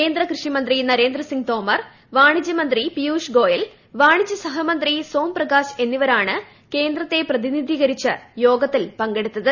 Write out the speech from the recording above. കേന്ദ്ര കൃഷിമന്ത്രി നരേന്ദ്രസിംഗ് തോമർ വാണിജ്യമന്ത്രി പിയൂഷ് ഗോയൽ വാണിജ്യസഹമന്ത്രി സോം പ്രകാശ് എന്നിവരാണ് കേന്ദ്രത്തെ പ്രതിനിധീകരിച്ച് യോഗത്തിൽ പങ്കെടുത്തത്